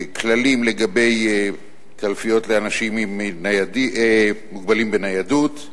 כללים לגבי קלפיות לאנשים מוגבלים בניידות,